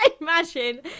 imagine